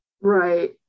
Right